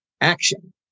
Action